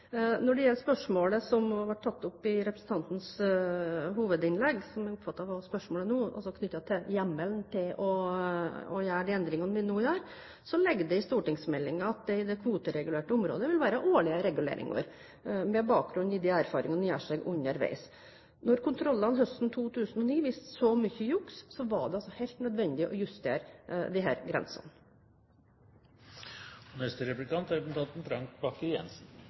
Når det gjelder spørsmålet som også ble tatt opp i representantens hovedinnlegg, som jeg oppfatter er knyttet til hjemmelen for å gjøre de endringene vi nå gjør, ligger det i stortingsmeldingen at det i det kvoteregulerte området vil være årlige reguleringer på bakgrunn av de erfaringene man gjør seg underveis. Siden kontrollene høsten 2009 viste så mye juks, var det helt nødvendig å justere disse grensene. Finnmark er naturlig nok et populært fylke, og den neste krabaten som har planer om å flytte dit, er